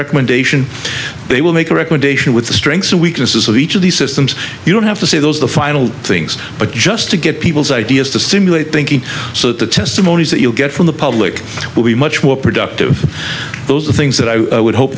recommendation they will make a recommendation with the strengths and weaknesses of each of the systems you don't have to see those the final things but just to get people's ideas to simulate thinking so the testimonies that you'll get from the public will be much more productive the things that i would hope